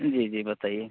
जी जी बताइए